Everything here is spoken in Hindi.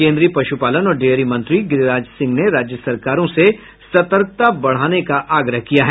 केन्द्रीय पशुपालन और डेयरी मंत्री गिरिराज सिंह ने राज्य सरकारों से सतर्कता बढ़ाने का आग्रह किया है